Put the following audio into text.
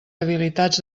habilitats